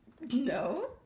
No